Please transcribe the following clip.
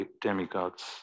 demigods